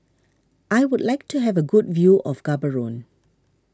I would like to have a good view of Gaborone